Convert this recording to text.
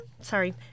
Sorry